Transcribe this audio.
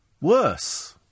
worse